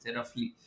roughly